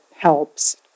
helps